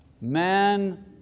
Man